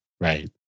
Right